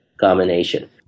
combination